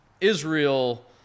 Israel